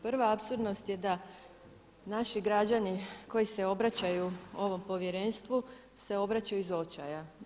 Prva apsurdnost je da naši građani koji se obraćaju ovom povjerenstvu se obraćaju iz očaja.